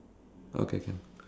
okay